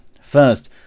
First